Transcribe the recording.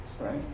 right